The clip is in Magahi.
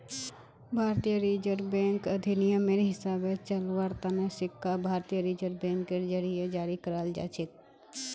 भारतीय रिजर्व बैंक अधिनियमेर हिसाबे चलव्वार तने सिक्का भारतीय रिजर्व बैंकेर जरीए जारी कराल जाछेक